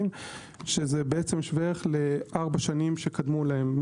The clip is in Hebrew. שזה שווה ערך לארבע שנים שקדמו להם,